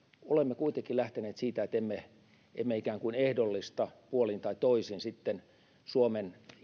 olemme kuitenkin lähteneet siitä että emme ikään kuin ehdollista puolin tai toisin suomen